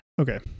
Okay